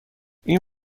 این